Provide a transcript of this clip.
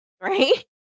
right